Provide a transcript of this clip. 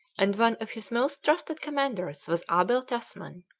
and one of his most trusted commanders was abel tasman.